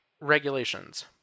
regulations